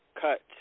cut